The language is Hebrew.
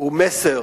הוא מסר